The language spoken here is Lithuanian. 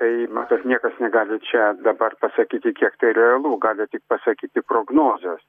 tai matot niekas negali čia dabar pasakyti kiek tai realu gali tik pasakyti prognozės